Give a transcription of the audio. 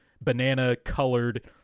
banana-colored